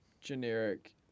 generic